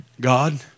God